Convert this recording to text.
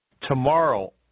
Tomorrow